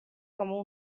como